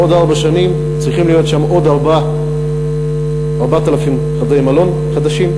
בעוד ארבע שנים צריכים להיות שם עוד 4,000 חדרי מלון חדשים,